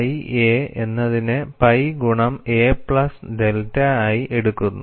pi a എന്നതിനെ pi ഗുണം a plus delta ആയി എടുക്കുന്നു